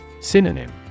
Synonym